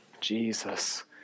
Jesus